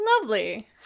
Lovely